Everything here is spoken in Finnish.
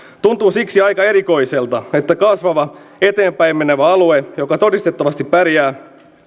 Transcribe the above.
tuntuu siksi aika erikoiselta että kasvava eteenpäin menevä alue joka todistettavasti pärjää